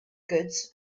goods